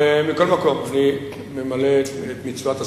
מכל מקום, אני ממלא את מצוות השרה.